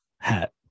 hat